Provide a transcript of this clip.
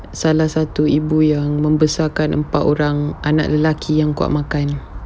salah satu ibu yang membesarkan empat orang anak lelaki yang kuat makan